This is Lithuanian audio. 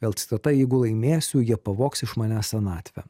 vėl citata jeigu laimėsiu jie pavogs iš manęs senatvę